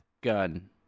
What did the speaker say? gun